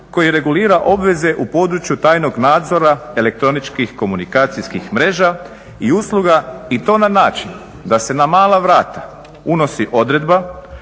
koji regulira obveze u području tajnog nadzora elektroničkih komunikacijskih mreža i usluga i to na način da se na mala vrata unosi odredba